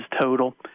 total